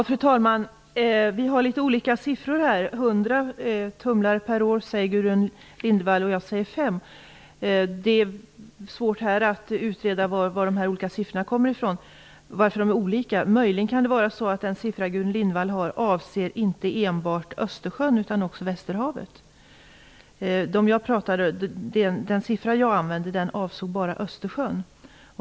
Fru talman! Vi har litet olika siffror. Hundra tumlare per år säger Gudrun Lindvall, och jag säger fem. Det är svårt att här utreda var dessa olika siffror kommer ifrån och varför de är olika. Möjligen kan det vara så att den siffra Gudrun Lindvall har avser inte enbart Östersjön utan också Västerhavet. Den siffra jag använde avsåg bara Östersjön.